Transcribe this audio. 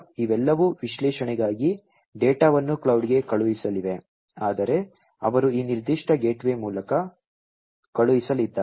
ಇವೆಲ್ಲವೂ ವಿಶ್ಲೇಷಣೆಗಾಗಿ ಡೇಟಾವನ್ನು ಕ್ಲೌಡ್ಗೆ ಕಳುಹಿಸಲಿವೆ ಆದರೆ ಅವರು ಈ ನಿರ್ದಿಷ್ಟ ಗೇಟ್ವೇ ಮೂಲಕ ಕಳುಹಿಸಲಿದ್ದಾರೆ